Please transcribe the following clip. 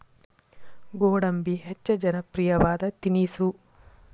ಗೋಡಂಬಿ ಹೆಚ್ಚ ಜನಪ್ರಿಯವಾದ ತಿನಿಸು